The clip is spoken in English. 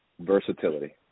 Versatility